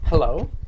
Hello